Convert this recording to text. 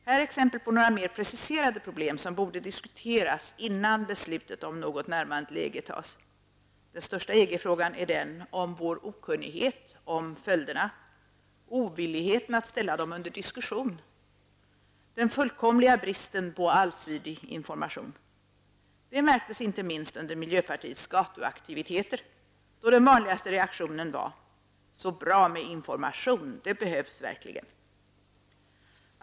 Här är exempel på några mer preciserade problem som borde diskuteras innan beslutet om ett närmande till EG tas. Den största EG-frågan är den om vår okunnighet om följderna, ovilligheten att ställa dem under diskussion och den fullkomliga bristen på allsidig information. Det märktes inte minst under miljöpartiets gatuaktiviteter. Den vanligaste reaktionen då var: Så bra med information, det behövs verkligen.